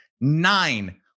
Nine